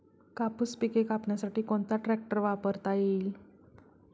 कापूस पिके कापण्यासाठी कोणता ट्रॅक्टर वापरता येईल?